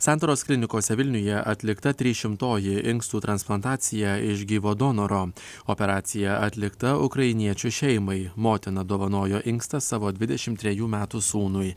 santaros klinikose vilniuje atlikta trysšimtoji inkstų transplantacija iš gyvo donoro operacija atlikta ukrainiečių šeimai motina dovanojo inkstą savo dvidešimt trejų metų sūnui